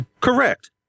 Correct